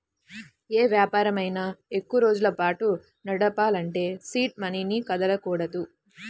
యే వ్యాపారమైనా ఎక్కువరోజుల పాటు నడపాలంటే సీడ్ మనీని కదపకూడదు